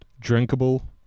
drinkable